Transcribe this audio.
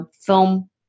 film